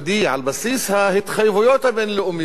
על בסיס ההתחייבויות הבין-לאומיות,